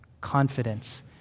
confidence